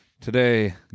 Today